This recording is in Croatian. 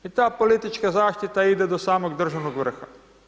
I ta politička zaštita ide do samog državnog vrha.